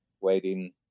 waiting